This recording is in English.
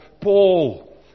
Paul